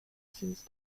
since